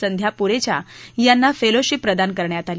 संध्या पुरेचा यांना फेलोशीप प्रदान करण्यात आली